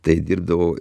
tai dirbdavau